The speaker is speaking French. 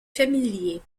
familier